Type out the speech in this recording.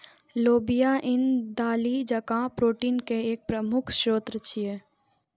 लोबिया ईन दालि जकां प्रोटीन के एक प्रमुख स्रोत छियै